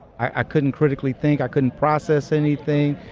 i, i couldn't critically think. i couldn't process anything.